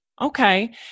Okay